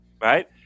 right